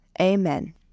Amen